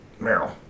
Meryl